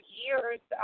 years